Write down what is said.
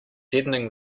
deadening